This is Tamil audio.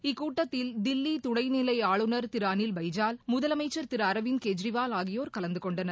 இக்கூட்டத்தில் தில்லிதுணைநிலைஆளுநர் திருஅளில் பைஜால் முதலமைச்சர் திருஅர்விந்த் கெஜ்ரிவால் ஆகியோர் கலந்துகொண்டனர்